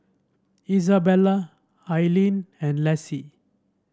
Isabelle Ailene and Lassie